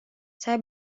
saya